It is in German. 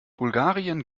bulgarien